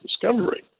discovery